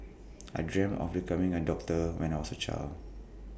I dreamt of becoming A doctor when I was A child